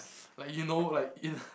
like you know like in